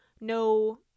no